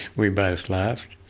we both laughed.